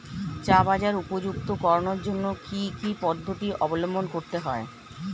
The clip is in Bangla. চা বাজার উপযুক্ত করানোর জন্য কি কি পদ্ধতি অবলম্বন করতে হয়?